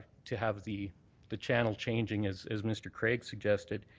to have the the channel-changing as as mr. craig suggested.